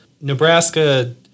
Nebraska